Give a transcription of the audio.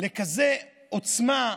לכזאת עוצמה,